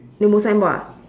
lei mou signboard ah